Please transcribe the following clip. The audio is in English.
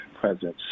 presence